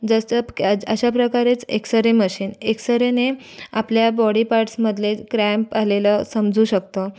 जसं अशा प्रकारेच एक्सरे मशिन एक्सरेने आपल्या बॉडी पार्ट्समधले क्रॅम्प आलेलं समजू शकतं